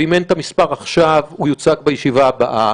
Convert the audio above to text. ואם אין את המס' עכשיו הוא יוצג בישיבה הבאה,